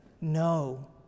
no